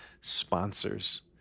sponsors